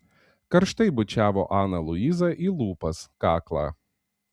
karštai bučiavo aną luizą į lūpas kaklą